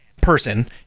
person